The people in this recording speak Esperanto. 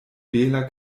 bela